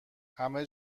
همه